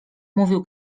mówił